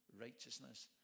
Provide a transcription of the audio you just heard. righteousness